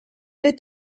est